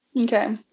Okay